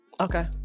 Okay